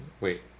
Wait